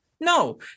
No